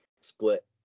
split